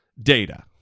data